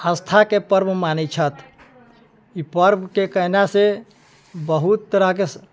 आस्थाके पर्ब मानै छथि ई पर्बके कयलासँ बहुत तरहके